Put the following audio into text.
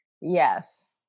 Yes